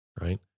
right